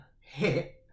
hit